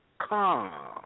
calm